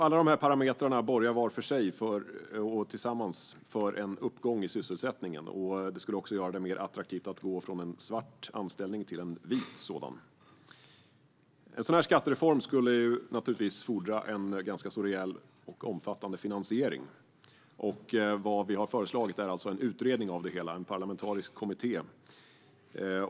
Alla dessa parametrar borgar var för sig och tillsammans för en uppgång i sysselsättningen och skulle också göra det mer attraktivt att gå från en svart anställning till en vit sådan. En sådan här skattereform skulle naturligtvis fordra en ganska rejäl och omfattande finansiering. Vad vi har föreslagit är alltså en utredning av det hela, en parlamentarisk kommitté.